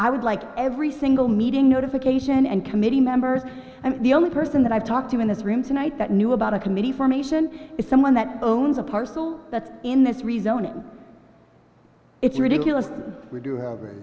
i would like every single meeting notification and committee members and the only person that i've talked to in this room tonight that knew about a committee formation is someone that owns a parcel that's in this rezoning it's ridiculous we do